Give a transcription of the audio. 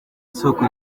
isoko